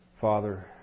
Father